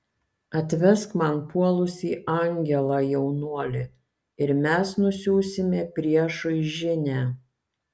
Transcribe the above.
atvesk man puolusį angelą jaunuoli ir mes nusiųsime priešui žinią